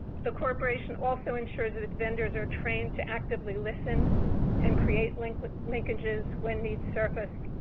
so corporation also ensures its vendors are trained to actively listen and create linkages linkages when needs service,